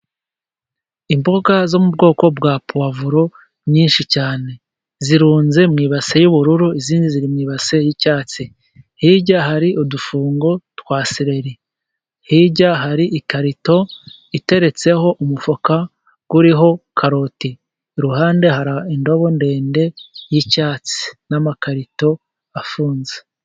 Imboga zo mu bwoko bwa puwavuro, nyinshi cyane zirunze mu ibase y’ubururu; izindi ziri mu ibase y’icyatsi. Hirya hari udufungo twa seleri, hirya hari ikarito iteretseho umufuka uriho karoti. Iruhande hari indobo ndende y’icyatsi n’amakarito afunze.